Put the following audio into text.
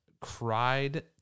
cried